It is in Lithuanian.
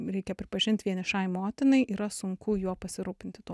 reikia pripažint vienišai motinai yra sunku juo pasirūpinti tuo